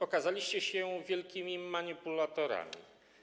Okazaliście się wielkimi manipulatorami.